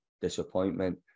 disappointment